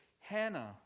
Hannah